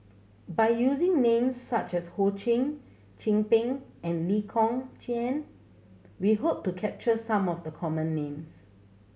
by using names such as Ho Ching Chin Peng and Lee Kong Chian we hope to capture some of the common names